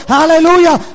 Hallelujah